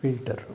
filter